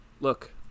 look